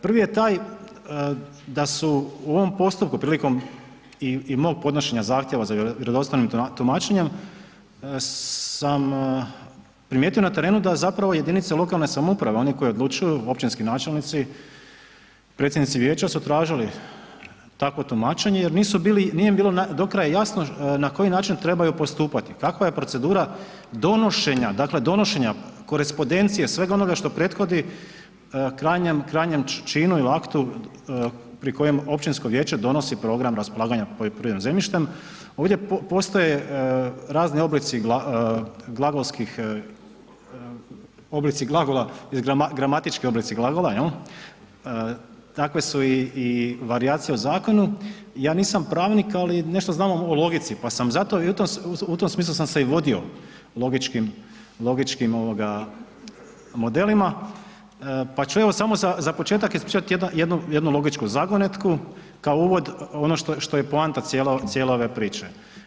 Prvi je taj da su u ovom postupku prilikom i mog podnošenja zahtjeva za vjerodostojnim tumačenjem sam primijetio na terenu da zapravo jedinice lokalne samouprave, one koje odlučuju, općinski načelnici, predsjednici vijeća su tražili jer nije im bilo do kraja jasno na koji način trebaju postupati, kakva je procedura donošenja, dakle donošenja korespondencije, svega onoga što je prethodi krajnjem činu ili aktu pri kojem općinsko vijeće donosi program raspolaganja poljoprivrednim zemljištem, ovdje postoje razni oblici glagola, gramatički oblici glagola, jel, takvi su i varijacije u zakonu, ja nisam pravnik ali nešto znam o logici pa sam zato i u tom smislu sam se i vodio logičkim modelima pa ću evo samo za početak ispričat jednu logičku zagonetku kao uvod, ono što je poanta cijele ove priče.